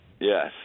Yes